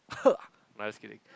no lah just kidding